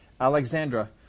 Alexandra